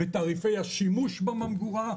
בתעריפי השימוש בממגורה,